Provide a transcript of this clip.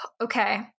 Okay